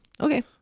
okay